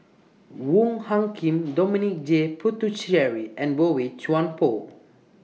Wong Hung Khim Dominic J Puthucheary and Boey Chuan Poh